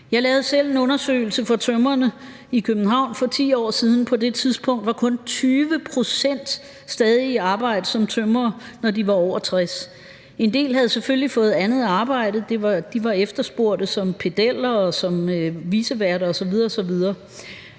Jeg lavede selv en undersøgelse for tømrerne i København for 10 år siden. På det tidspunkt var kun 20 pct. stadig i arbejde som tømrer, når de var over 60 år. En del af dem havde selvfølgelig fået andet arbejde. De var efterspurgte som pedeller og som viceværter osv. osv.,